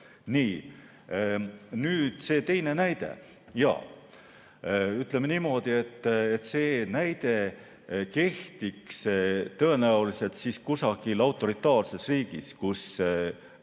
Nii, nüüd see teine näide. Ütleme niimoodi, et see näide kehtiks tõenäoliselt kusagil autoritaarses riigis, kus